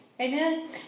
Amen